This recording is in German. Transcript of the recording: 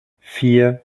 vier